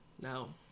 No